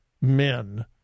men